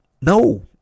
No